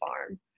farm